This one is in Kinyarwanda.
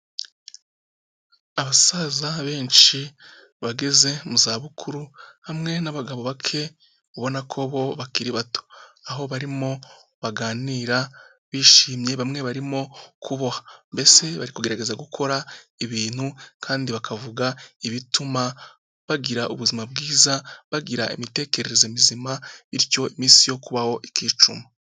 Abasaza benshi bageze mu za bukuru hamwe n'abagabo bake ubona ko bo bakiri bato, aho barimo baganira bishimye bamwe barimo kuboha, mbese bari kugerageza gukora ibintu kandi bakavuga ibituma bagira ubuzima bwiza, bagira imitekerereze mizima, bityo iminsi yo kubaho ikicuma.